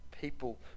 people